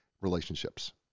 Relationships